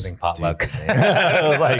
potluck